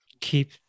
keep